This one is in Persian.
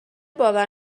باور